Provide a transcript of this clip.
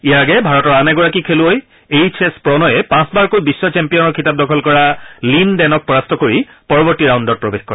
ইয়াৰ আগেয়ে ভাৰতৰ আন এগৰাকী খেলুৱৈ এইছ এছ প্ৰণয়ে পাঁচবাৰকৈ বিশ্ব চেম্পিয়নৰ খিতাপ দখল কৰা লিন ডেনক পৰাস্ত কৰি পৰৱৰ্তী ৰাউণ্ডত প্ৰৱেশ কৰে